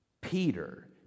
Peter